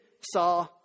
saw